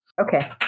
Okay